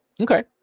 Okay